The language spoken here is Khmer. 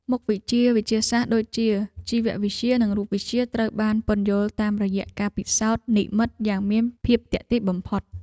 មុខវិជ្ជាវិទ្យាសាស្ត្រដូចជាជីវវិទ្យា និងរូបវិទ្យាត្រូវបានពន្យល់តាមរយៈការពិសោធន៍និម្មិតយ៉ាងមានភាពទាក់ទាញបំផុត។